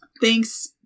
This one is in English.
Thanks